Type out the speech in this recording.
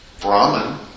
Brahman